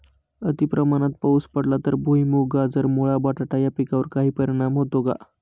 अतिप्रमाणात पाऊस पडला तर भुईमूग, गाजर, मुळा, बटाटा या पिकांवर काही परिणाम होतो का?